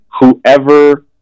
whoever